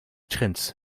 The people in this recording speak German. trends